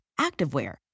activewear